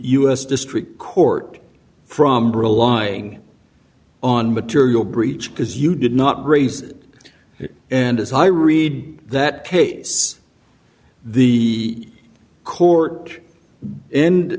us district court from relying on material breach because you did not raise it and as i read that case the court and